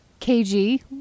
KG